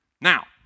Now